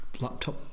laptop